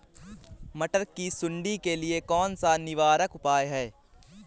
मटर की सुंडी के लिए कौन सा निवारक उपाय है?